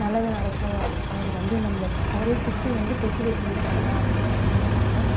நல்லது நடக்கும் அவர் வந்து நம்பளுக்கு அவரே கூப்பிட்டு வந்து பொட்டு வச்சு விட்டாருன்னால் அப்படின்ற மாதிரி சொன்னாங்க